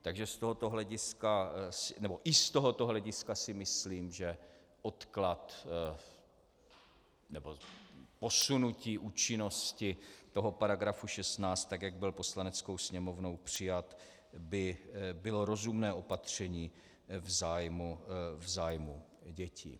Takže z tohoto hlediska nebo i z tohoto hlediska si myslím, že odklad nebo posunutí účinnosti § 16, tak jak byl Poslaneckou sněmovnou přijat, by bylo rozumné opatření v zájmu dětí.